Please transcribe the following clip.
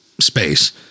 space